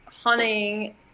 hunting